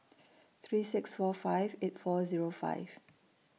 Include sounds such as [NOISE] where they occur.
[NOISE] three six four five eight four Zero five